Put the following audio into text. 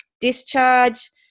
discharge